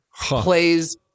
plays